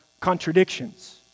contradictions